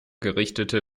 gerichtete